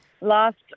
last